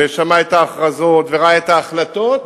ושמע את ההכרזות וראה את ההחלטות,